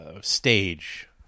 stage